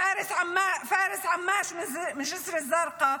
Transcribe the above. פארס עמאש מג'יסר א-זרקא,